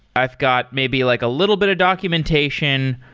i've got maybe like a little bit of documentation.